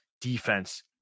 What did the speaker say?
defense